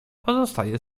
pozostaje